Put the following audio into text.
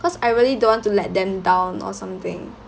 cause I really don't want to let them down or something